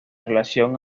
relación